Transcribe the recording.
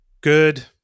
good